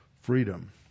freedom